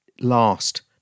Last